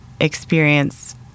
experience